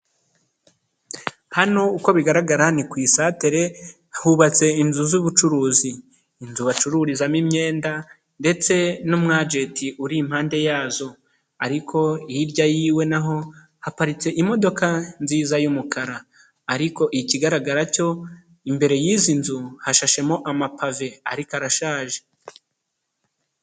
Hano uko bigaragara ni ku isatere hubatse inzu z'ubucuruzi, inzu bacururizamo imyenda ndetse n'umgeti uri impande yazo ariko hirya y'iwe naho, haparitse imodoka nziza y'umukara ariko ikigaragara cyo imbere y'izi nzu hashashemo amapave ariko arashaje.